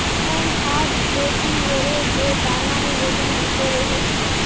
कौन खाद देथियेरे जे दाना में ओजन होते रेह?